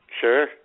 Sure